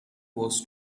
was